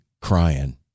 crying